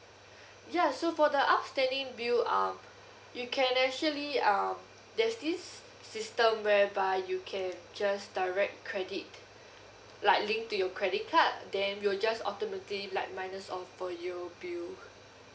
ya so for the outstanding bill um you can actually um there's this system whereby you can just direct credit like link to your credit card then we'll just automatically like minus off for your bill